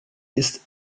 ist